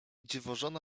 dziwożona